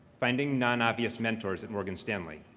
finding non-obvious mentors at morgan stanley.